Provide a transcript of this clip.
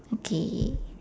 okay